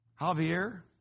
Javier